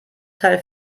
teil